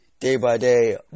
day-by-day